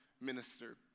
minister